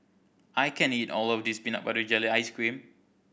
I can't eat all of this peanut butter jelly ice cream